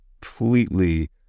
completely